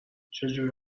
چجوری